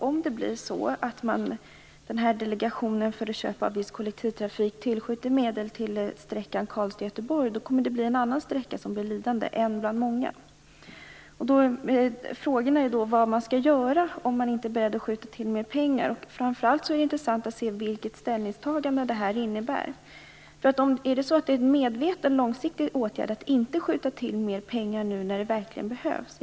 Om Delegationen för köp av viss kollektivtrafik tillskjuter medel till sträckan Karlstad Göteborg, blir en annan sträcka lidande, en bland många. Frågan är vad man skall göra om man inte är beredd att skjuta till mer pengar, och framför allt är det intressant att se vilket ställningstagande detta innebär. Är det en medveten, långsiktig åtgärd att inte skjuta till mer pengar nu när det verkligen behövs?